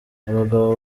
abagabo